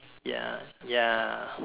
ya ya